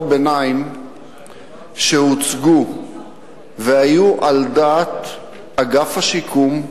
ביניים שהוצגו והיו על דעת אגף השיקום,